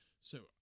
So